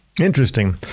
interesting